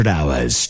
Hours